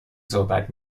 صحبت